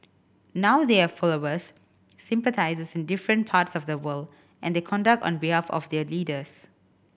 now they have followers sympathisers in different parts of the world and conduct on behalf of their leaders